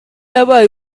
yabaye